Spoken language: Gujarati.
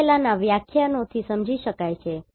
તે પહેલાના વ્યાખ્યાનોથી સમજી શકાય છે